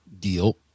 deal